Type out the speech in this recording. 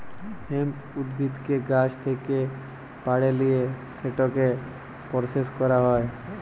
hemp উদ্ভিদকে গাহাচ থ্যাকে পাড়ে লিঁয়ে সেটকে পরসেস ক্যরা হ্যয়